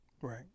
Right